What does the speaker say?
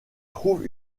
trouve